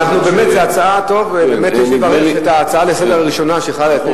אבל באמת יש לברך את ההצעה הראשונה לסדר-היום,